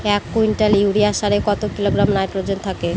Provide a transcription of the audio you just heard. এক quintal urea সারে কত কিলোগ্রাম নাইট্রোজেন থাকে?